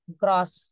cross